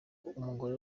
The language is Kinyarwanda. umugore